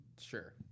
Sure